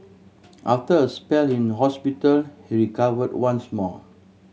after a spell in hospital he recovered once more